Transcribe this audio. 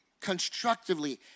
constructively